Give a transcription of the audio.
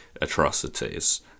atrocities